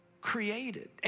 created